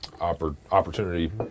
opportunity